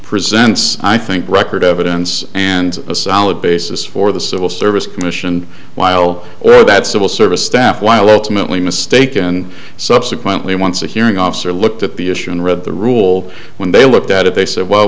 presents i think record evidence and a solid basis for the civil service commission while or that civil service staff while ultimately mistaken subsequently once a hearing officer looked at the issue and read the rule when they looked at it they said well